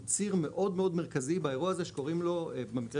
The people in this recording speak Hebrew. הוא ציר מאוד מרכזי באירוע הזה שקוראים לו במקרה